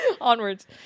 Onwards